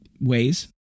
ways